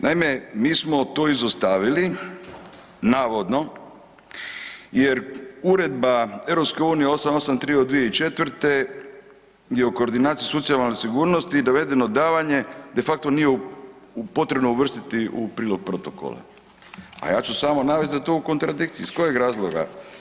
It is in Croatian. Naime, mi smo to izostavili navodno jer Uredba EU 883 od 2004. je u koordinaciji socijalne sigurnosti dovedeno davanje de facto nije potrebno uvrstiti u prilog Protokola, a ja ću samo navesti da je to u kontradikciji, iz kojeg razloga?